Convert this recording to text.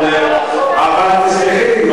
תוכלי להגן פה על החבר שלך.